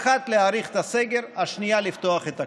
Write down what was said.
האחת היא להאריך את הסגר, והשנייה, לפתוח את הכול.